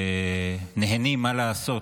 שנהנים, מה לעשות,